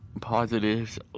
positives